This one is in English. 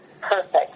Perfect